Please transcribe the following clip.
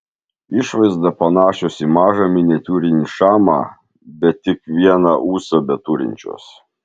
išvaizda panašios į mažą miniatiūrinį šamą bet tik vieną ūsą beturinčios